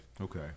Okay